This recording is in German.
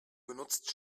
benutzt